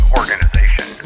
organization